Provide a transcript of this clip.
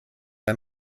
ein